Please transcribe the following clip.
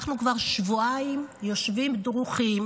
אנחנו כבר שבועיים יושבים דרוכים